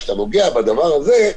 כשאתה נוגע בדבר הזה,